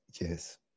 Yes